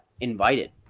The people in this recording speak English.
invited